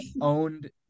owned